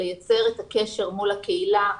לייצר את הקשר מול הקהילה,